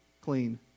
clean